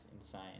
insane